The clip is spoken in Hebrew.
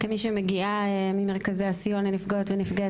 כמי שמגיעה ממרכזי הסיוע לנפגעות ונפגעי